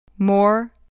More